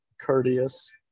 courteous